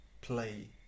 play